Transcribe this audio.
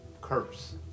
curse